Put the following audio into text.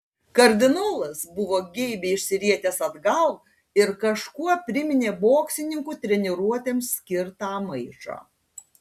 kardinolas buvo geibiai išsirietęs atgal ir kažkuo priminė boksininkų treniruotėms skirtą maišą